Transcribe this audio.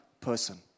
person